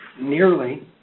nearly